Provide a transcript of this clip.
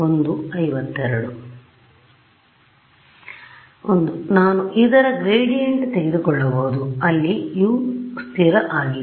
ಒಂದು ನಾನು ಇದರ ಗ್ರೇಡಿಯಂಟ್ ತೆಗೆದುಕೊಳ್ಳಬಹುದು ಅಲ್ಲಿ U ಸ್ಥಿರ ಆಗಿದೆ